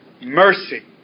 mercy